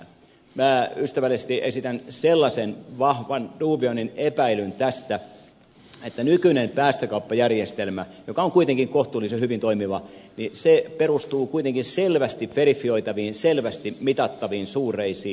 minä ystävällisesti esitän sellaisen vahvan duubioinnin epäilyn tästä että nykyinen päästökauppajärjestelmä joka on kuitenkin kohtuullisen hyvin toimiva perustuu kuitenkin selvästi verifioitaviin selvästi mitattaviin suureisiin